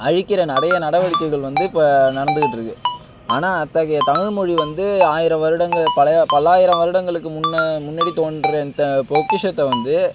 அழிக்கிற நிறைய நடவடிக்கைகள் வந்து இப்போ நடந்துக்கிட்டு இருக்குது ஆனால் அத்தகைய தமிழ் மொழி வந்து ஆயிர வருடங்கள் பழைய பல்லாயிர வருடங்களுக்கு முன்ன முன்னாடி தோன்ற இந்த பொக்கிஷத்தை வந்து